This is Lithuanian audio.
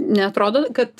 neatrodo kad